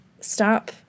stop